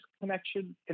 connection